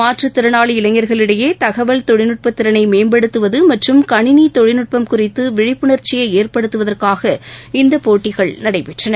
மாற்றுத்திறனாளி இளைஞர்களிடையே தகவல் தொழில்நுட்பத் திறனை மேம்படுத்துவது மற்றும் கணினி தொழில்நுட்பம் குறித்து விழிப்புணர்ச்சியை ஏற்படுத்துவதற்காக இந்தப் போட்டிகள் நடைபெற்றன